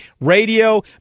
radio